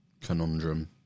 conundrum